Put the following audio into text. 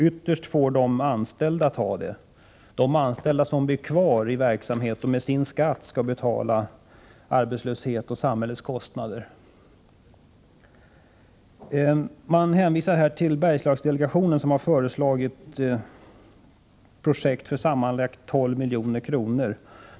Ytterst får de anställda ta detta ansvar, dvs. de anställda som blir kvar i verksamhet och som med sin skatt skall betala samhällets kostnader för arbetslösheten. I svaret hänvisas till Bergslagsdelegationen, som har föreslagit projekt för sammanlagt 12 milj.kr.